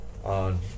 on